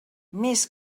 més